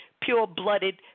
pure-blooded